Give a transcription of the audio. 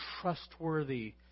trustworthy